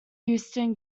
houston